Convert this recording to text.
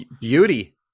Beauty